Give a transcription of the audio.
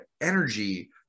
energy